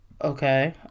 Okay